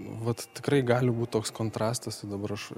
vat tikrai gali būt toks kontrastas va dabar aš